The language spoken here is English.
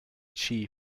chi